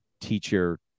teacher-